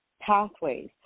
pathways